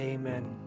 Amen